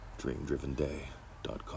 DreamDrivenDay.com